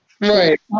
Right